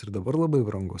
ir dabar labai brangus